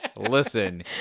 Listen